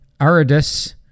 Aridus